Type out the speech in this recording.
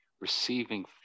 receiving